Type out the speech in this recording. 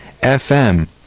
FM